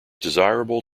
desirable